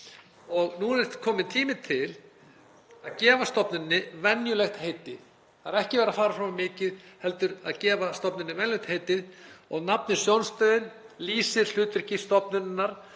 engin. Nú er kominn tími til að gefa stofnuninni venjulegt heiti. Það er ekki verið að fara fram á mikið heldur að gefa stofnuninni venjulegt heiti og nafnið Sjónstöðin lýsir hlutverki stofnunarinnar,